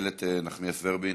איילת נחמיאס ורבין,